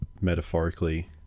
metaphorically